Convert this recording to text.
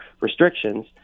restrictions